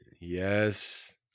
Yes